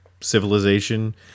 civilization